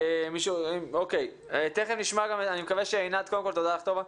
תודה לך, טובה.